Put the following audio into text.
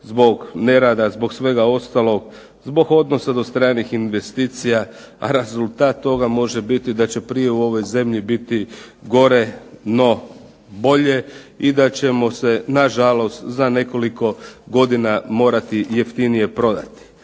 zbog nerada, zbog svega ostalog, zbog odnosa do stranih investicija, a rezultat toga može biti da će prije u ovoj zemlji biti gore no bolje i da ćemo se na žalost za nekoliko godina morati jeftinije prodati.